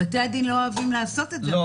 בתי הדין לא אוהבים לעשות את זה,